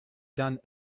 done